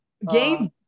Game